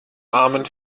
armen